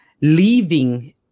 leaving